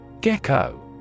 GECKO